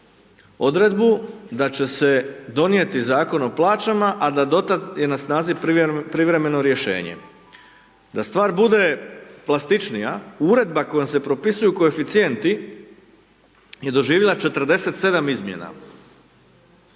odredbu da će se donijeti Zakona o plaćama a da do tad je snazi je privremeno rješenje. Da stvar bude plastičnija, uredba kojom se propisuju koeficijenti je doživjela 47 izmjena.